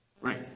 right